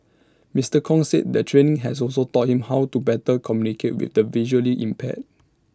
Mister Kong said the training has also taught him how to better communicate with the visually impaired